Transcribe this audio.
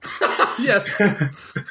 Yes